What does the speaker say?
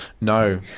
No